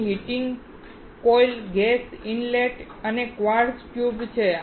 અહીં heating coil gas inlet અને quartz tube છે